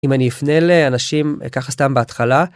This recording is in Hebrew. אם אני אפנה לאנשים ככה סתם בהתחלה.